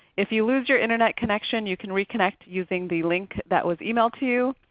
if you lose your internet connection, you can reconnect using the link that was emailed to you.